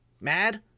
mad